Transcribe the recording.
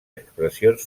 expressions